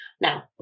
now